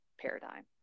paradigm